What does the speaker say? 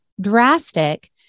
drastic